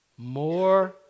more